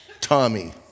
Tommy